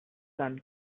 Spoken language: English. them